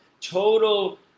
total